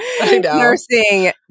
nursing